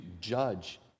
judge